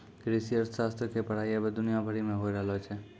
कृषि अर्थशास्त्र के पढ़ाई अबै दुनिया भरि मे होय रहलो छै